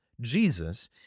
Jesus